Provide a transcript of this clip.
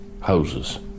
houses